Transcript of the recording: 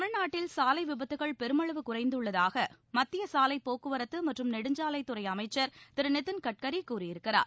தமிழ்நாட்டில் சாலை விபத்துக்கள் பெருமளவு குறைந்துள்ளதாக மத்திய சாலைப் போக்குவரத்து மற்றும் நெடுஞ்சாலைத்துறை அமைச்சர் திரு நிதின் கட்கரி கூறியிருக்கிறார்